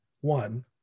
One